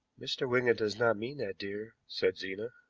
mr. wigan does not mean that, dear, said zena.